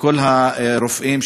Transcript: לכל הרופאים,